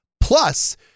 Plus